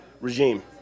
regime